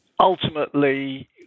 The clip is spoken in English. Ultimately